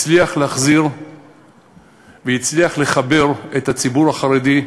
הצליחה להחזיר והצליחה לחבר את הציבור החרדי,